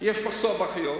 יש מחסור באחיות,